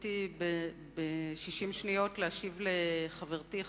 רציתי ב-60 שניות להשיב לחברתי,